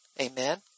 Amen